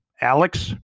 Alex